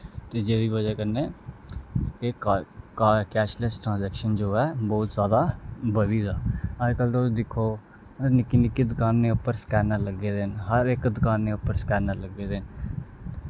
ते जेह्दी बजह् कन्नै एह् का कै कैशलैस ट्रांजैक्शन जो ऐ बौह्त जादा बधी गेदा अज्ज कल तुस दिक्खो निक्की निक्की दकानें उप्पर स्कैनर लग्गे दे न हर इक दकानै उप्पर स्कैनर लग्गे दे न